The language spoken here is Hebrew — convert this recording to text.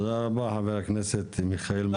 תודה רבה חבר הכנסת מיכאל מלכיאלי.